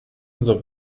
unsere